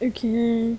Okay